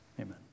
amen